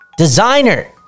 designer